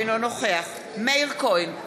אינו נוכח מאיר כהן,